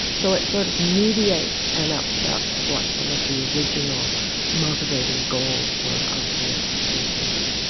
so it sort of mediates and upsets what some of the original motivating goals were of the expeditions.